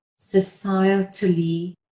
societally